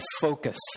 Focus